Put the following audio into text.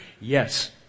Yes